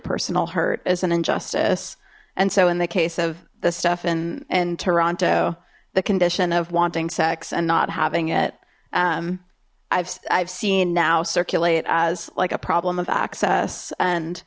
personal hurt is an injustice and so in the case of the stuff in in toronto the condition of wanting sex and not having it i've seen now circulate as like a problem of access and